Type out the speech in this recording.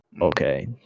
okay